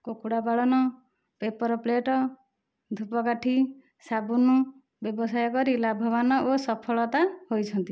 କୁକୁଡ଼ା ପାଳନ ପେପରପ୍ଳେଟ ଧୂପକାଠି ସାବୁନ ବ୍ୟବସାୟ କରି ଲାଭବାନ ଓ ସଫଳତା ହୋଇଛନ୍ତି